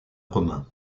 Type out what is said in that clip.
romain